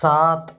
साथ